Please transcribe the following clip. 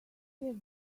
have